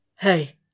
Hey